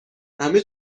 همه